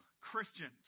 Christians